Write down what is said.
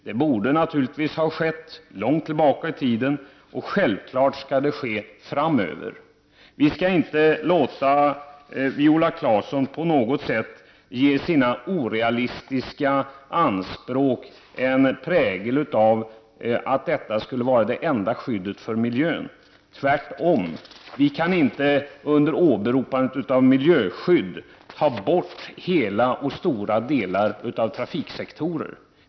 Det borde naturligtvis ha skett för länge sedan, men självfallet skall det ske nu och framöver. Vi skall inte låta Viola Claesson stå oemotsagd när hon för fram sina orealistiska anspråk och ger dem prägeln av att de är det enda skyddet för miljön. Tvärtom kan vi inte under åberopande av miljöskyddet ta bort hela eller stora delar av trafiksektorer.